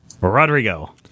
Rodrigo